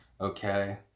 Okay